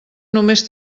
només